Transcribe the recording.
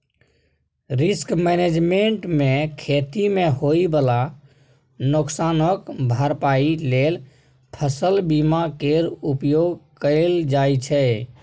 risk management मे खेती मे होइ बला नोकसानक भरपाइ लेल फसल बीमा केर उपयोग कएल जाइ छै